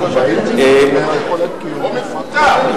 או מפוטר?